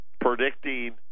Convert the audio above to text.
predicting